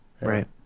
right